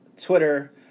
Twitter